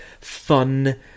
fun